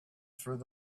through